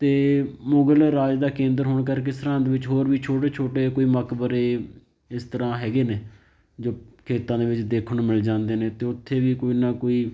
ਅਤੇ ਮੁਗ਼ਲ ਰਾਜ ਦਾ ਕੇਂਦਰ ਹੋਣ ਕਰਕੇ ਸਰਹੰਦ ਵਿੱਚ ਹੋਰ ਵੀ ਛੋਟੇ ਛੋਟੇ ਕਈ ਮਕਬਰੇ ਇਸ ਤਰ੍ਹਾਂ ਹੈਗੇ ਨੇ ਜੋ ਖੇਤਾਂ ਦੇ ਵਿੱਚ ਦੇਖਣ ਨੂੰ ਮਿਲ ਜਾਂਦੇ ਨੇ ਅਤੇ ਉੱਥੇ ਵੀ ਕੋਈ ਨਾ ਕੋਈ